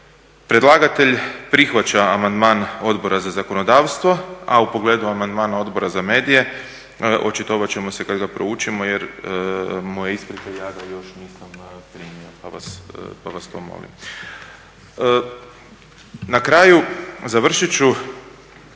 Predlagatelj prihvaća amandman Odbora za zakonodavstvo, a u pogledu amandmana Odbora za medije očitovat će se kad ga proučimo jer moje isprike ja ga još nisam primio pa vas to molim. Na kraju završit ću